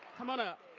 come on up.